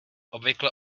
obvykle